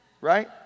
Right